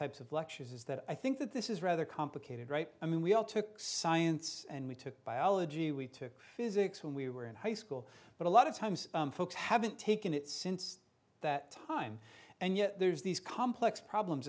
types of lectures is that i think that this is rather complicated right i mean we all took science and we took biology we took physics when we were in high school but a lot of times folks haven't taken it since that time and yet there's these complex problems